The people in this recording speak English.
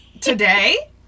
Today